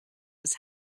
was